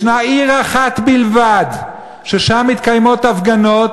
יש עיר אחת בלבד ששם מתקיימות הפגנות,